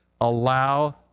allow